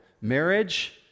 marriage